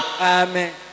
Amen